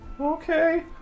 Okay